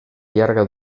llarga